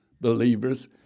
believers